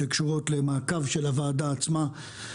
שקשורות למעקב של הוועדה עצמה.